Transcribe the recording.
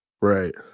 Right